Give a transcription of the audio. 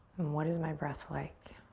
what is my breath like?